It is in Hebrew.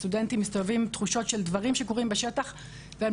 סטודנטים מסתובבים עם תחושות של דברים שקורים בשטח והם